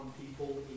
people